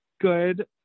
good